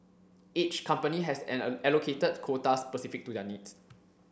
each company has an allocated quota specific to their needs